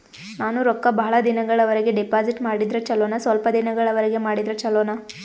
ನಾನು ರೊಕ್ಕ ಬಹಳ ದಿನಗಳವರೆಗೆ ಡಿಪಾಜಿಟ್ ಮಾಡಿದ್ರ ಚೊಲೋನ ಸ್ವಲ್ಪ ದಿನಗಳವರೆಗೆ ಮಾಡಿದ್ರಾ ಚೊಲೋನ?